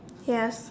yes